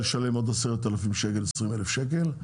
לשלם עוד 10,000 שקלים-20,000 שקלים,